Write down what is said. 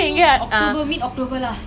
I mean tell me who doesn't like kozhi